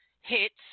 hits